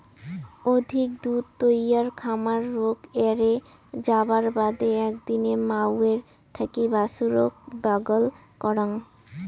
অধিক দুধ তৈয়ার খামার রোগ এ্যারে যাবার বাদে একদিনে মাওয়ের থাকি বাছুরক ব্যাগল করাং